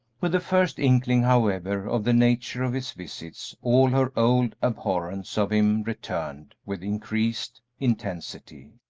with the first inkling, however, of the nature of his visits, all her old abhorrence of him returned with increased intensity,